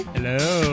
Hello